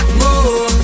more